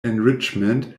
enrichment